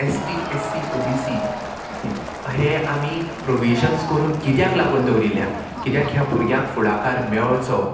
S T S C O B C हे आमी provisions करून कित्याक लागून दवरिल्ल्या कित्याक ह्या भुरग्यांक फुडाकार मेळचो